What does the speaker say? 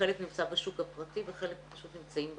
וחלק נמצא בשוק הפרטי וחלק פשוט נמצאים בבית.